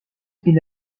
est